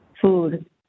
food